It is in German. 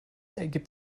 ergibt